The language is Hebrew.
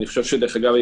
דרך אגב,